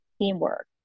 teamwork